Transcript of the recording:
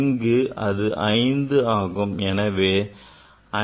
இங்கு அது 5 ஆகும்